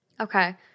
Okay